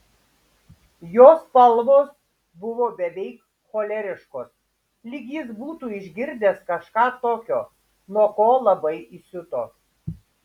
jo spalvos buvo beveik choleriškos lyg jis būtų išgirdęs kažką tokio nuo ko labai įsiuto